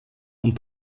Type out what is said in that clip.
und